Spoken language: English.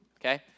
okay